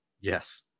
Yes